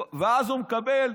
ואז הוא מקבל,